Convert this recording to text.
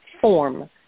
form